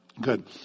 good